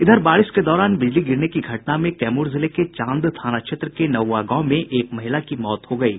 इधर बारिश के दौरान बिजली गिरने की घटना में कैमूर जिले के चांद थाना क्षेत्र के नउआ गांव में एक महिला की मौत हो गयी